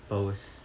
powers